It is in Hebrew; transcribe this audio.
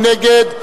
מי נגד?